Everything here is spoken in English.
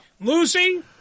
Lucy